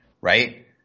right